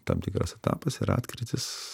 tam tikras etapas yra atkrytis